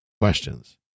questions